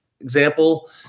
example